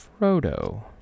Frodo